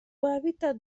hábitat